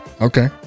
Okay